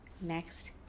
next